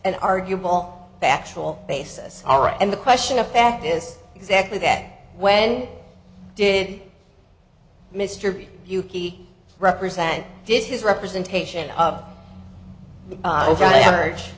and arguable factual basis are and the question of fact is exactly that when did mr yuki represent did his representation of the average